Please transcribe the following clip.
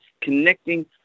connecting